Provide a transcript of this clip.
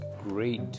great